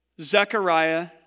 Zechariah